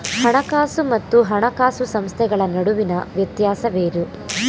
ಹಣಕಾಸು ಮತ್ತು ಹಣಕಾಸು ಸಂಸ್ಥೆಗಳ ನಡುವಿನ ವ್ಯತ್ಯಾಸವೇನು?